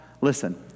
listen